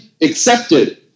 accepted